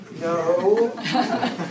no